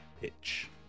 pitch